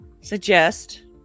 suggest